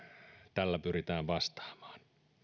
tällä pyritään vastaamaan